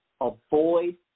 avoid